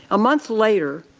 a month later,